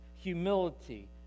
humility